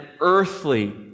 earthly